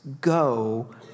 go